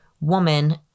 woman